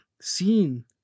seen